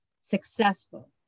successful